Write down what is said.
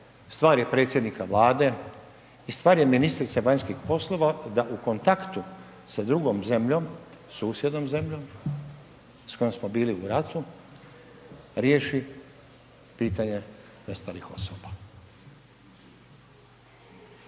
stvar je predsjednika Vlade i stvar je ministrice vanjskih poslova da u kontaktu sa drugom zemljom susjednom zemljom s kojom smo bili u ratu riješi pitanje nestalih osoba.